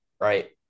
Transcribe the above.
right